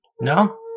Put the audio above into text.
No